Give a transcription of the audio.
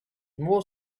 more